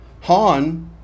Han